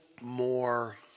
more